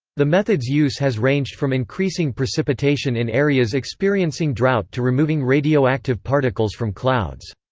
the method's use has ranged from increasing precipitation in areas experiencing drought to removing radioactive particles from clouds.